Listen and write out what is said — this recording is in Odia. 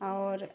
ଔର